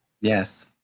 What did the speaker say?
Yes